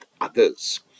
others